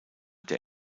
der